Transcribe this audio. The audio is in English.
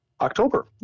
october